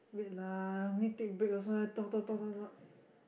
wait lah need take break also then talk talk talk talk talk